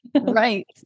Right